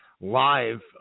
live